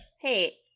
Hey